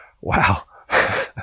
Wow